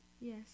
Yes